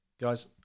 Guys